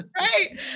Right